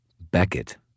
Beckett